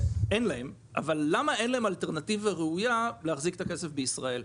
אין להם אלטרנטיבה ראויה להחזיק את הכסף בישראל,